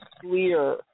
clear